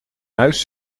huis